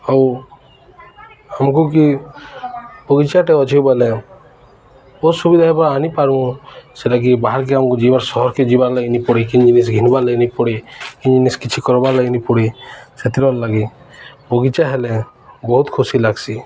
ଆଉ ଆମକୁ ବି ବଗିଚାଟେ ଅଛି ବୋଲେ ବହୁତ ସୁବିଧା ହେ ଆଣିିପାରୁୁ ସେଟାକି ବାହାର୍କେ ଆମକୁ ଯିବ ସହରକେ ଯିବାର୍ ଲାଗେ ନାଇଁ ପଡ଼େ କିନ୍ ଜିନିଷ୍ ଘିନ୍ବାର୍ ଲାଗେ ନାଇଁ ପଡ଼େ କି ଜିନିଷ୍ କିଛି କର୍ବାର୍ ଲାଗେ ନାଇଁ ପଡ଼େ ସେଥିର୍ଲାଗି ବଗିଚା ହେଲେ ବହୁତ ଖୁସି ଲାଗ୍ସି